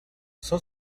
son